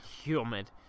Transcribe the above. Humid